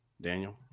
Daniel